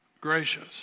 gracious